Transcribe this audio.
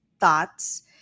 thoughts